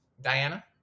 Diana